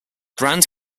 grande